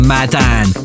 Madan